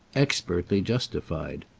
expertly justified.